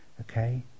Okay